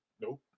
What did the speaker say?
Nope